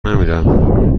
نمیرم